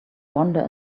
wander